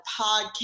podcast